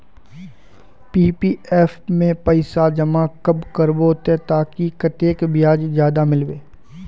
PPF में पैसा जमा कब करबो ते ताकि कतेक ब्याज ज्यादा मिलबे?